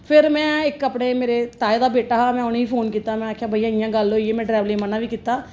फिर में इक अपने मेरे ताए दा बेटा हा में उनेंगी फोन कीता में आखेआ भैया इयां गल्ल होई गेई में ड्राइवर गी मना बी कीता